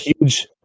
huge